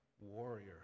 warrior